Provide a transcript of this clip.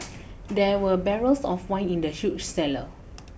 there were barrels of wine in the huge cellar